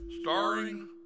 Starring